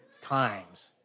times